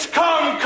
come